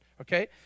okay